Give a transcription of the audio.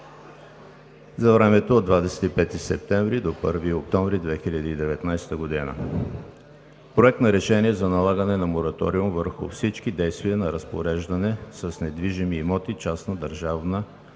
за времето от 25 септември до 1 октомври 2019 г.: Проект на решение за налагане на мораториум върху всички действия на разпореждане с недвижими имоти, частна държавна собственост.